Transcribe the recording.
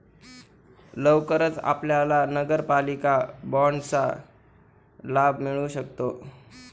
लवकरच आपल्याला नगरपालिका बाँडचा लाभ मिळू शकतो